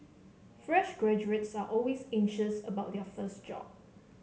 fresh graduates are always anxious about their first job